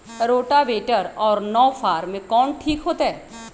Rotavator और नौ फ़ार में कौन ठीक होतै?